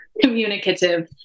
communicative